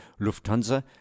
Lufthansa